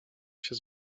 się